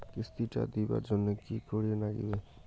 কিস্তি টা দিবার জন্যে কি করির লাগিবে?